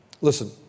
Listen